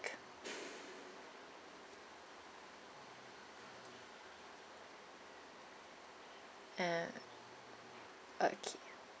uh okay